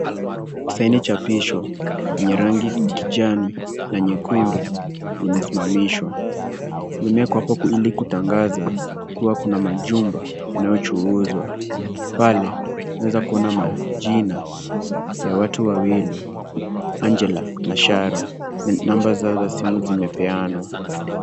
Saini chapisho yenye rangi ya kijani na nyekundu limesimamishwa limewekwa hapo ili kutangaza kuwa kuna majumba yanayojuuzwa pale. Kunaweza kuwa na majina ya watu wawili, Angela na Sharon namba zao za simu zimepeanwa.